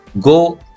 go